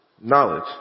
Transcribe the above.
Knowledge